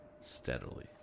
steadily